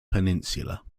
peninsula